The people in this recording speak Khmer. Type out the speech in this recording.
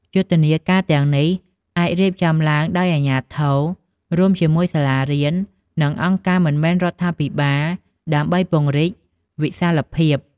យុទ្ធនាការទាំងនេះអាចរៀបចំឡើងដោយអាជ្ញាធរ រួមជាមួយសាលារៀន និងអង្គការមិនមែនរដ្ឋាភិបាលដើម្បីពង្រីកវិសាលភាព។